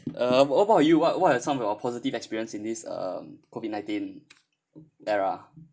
um what about you what what are some of your positive experience in this um COVID nineteen era